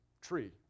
tree